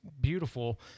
beautiful